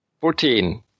Fourteen